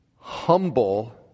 Humble